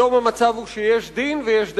היום המצב הוא שיש דין ויש דיין.